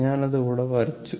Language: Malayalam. ഞാൻ അത് ഇവിടെ വരച്ചു